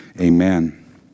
Amen